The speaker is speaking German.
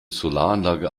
solaranlage